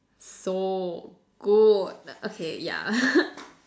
so good okay yeah